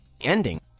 ending